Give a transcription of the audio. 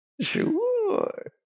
Sure